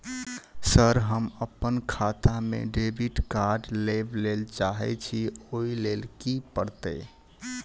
Sir हम अप्पन खाता मे डेबिट कार्ड लेबलेल चाहे छी ओई लेल की परतै?